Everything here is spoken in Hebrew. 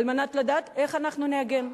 כדי לדעת איך אנחנו נגן.